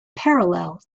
parallel